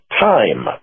time